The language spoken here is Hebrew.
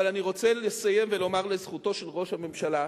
אני רוצה לסיים ולומר לזכותו של ראש הממשלה,